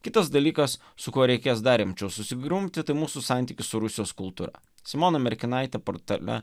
kitas dalykas su kuo reikės dar rimčiau susigrumti tai mūsų santykius su rusijos kultūra simona merkinaitė portale